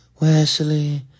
Wesley